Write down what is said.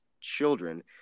children